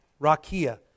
rakia